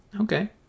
okay